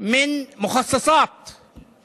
רובם משלמים על טיפולי שיניים מקצבאות מחלה.